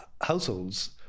households